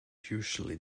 usually